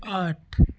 आठ